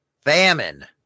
famine